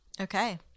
okay